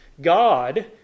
God